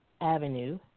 Avenue